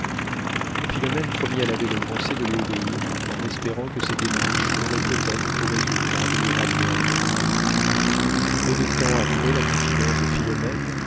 philomène promit à l'abbé de grancey de lui obéir en espérant que ses démarches auraient peut-être pour résultat de lui ramener albert peu de temps après la confidence de philomène